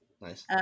Nice